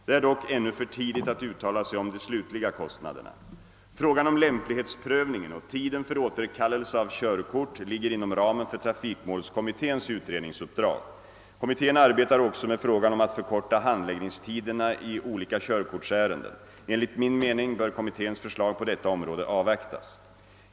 Det är dock ännu för tidigt att uttala sig om de slutliga kostnaderna. Frågan om lämplighetsprövningen och tiden för återkallelse av körkort ligger inom ramen för trafikmålskommitténs utredningsuppdrag. Kommittén arbetar också med frågan om att förkorta handläggningstiderna i olika körkortsärenden. Enligt min mening bör kommitténs förslag på detta område avvaktas.